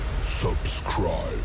Subscribe